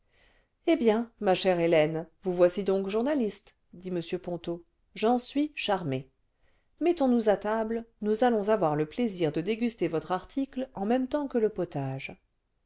eh bien ma chère hélène vous voici donc journaliste dit m ponto j'en suis charmé mettons-nous à table nous allons avoir le plaisir de déguster votre article en même temps que le potage